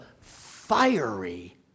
fiery